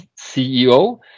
CEO